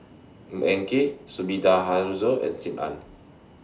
Ng Eng Kee Sumida Haruzo and SIM Ann